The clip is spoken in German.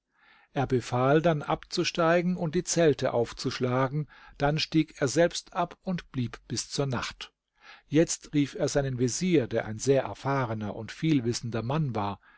er befahl dann abzusteigen und die zelte aufzuschlagen dann stieg er selbst ab und blieb bis zur nacht jetzt rief er seinen vezier der ein sehr erfahrener und vielwissender mann war